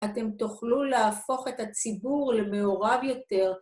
אתם תוכלו להפוך את הציבור למעורב יותר.